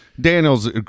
Daniel's